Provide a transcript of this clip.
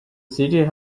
city